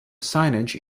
signage